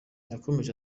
yakomeje